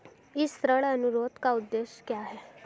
इस ऋण अनुरोध का उद्देश्य क्या है?